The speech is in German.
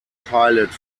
pilot